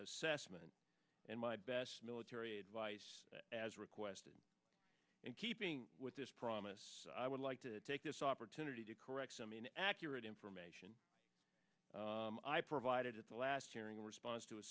assessment and my best military advice as requested in keeping with this promise i would like to take this opportunity to correct some inaccurate information i provided at the last hearing in response to a